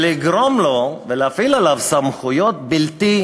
ולהפעיל עליו סמכויות בלתי נסבלות.